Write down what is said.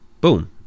boom